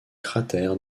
cratères